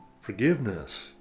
forgiveness